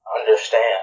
understand